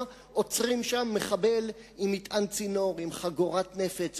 עוצרים שם מחבל עם מטען צינור ועם חבילת נפץ,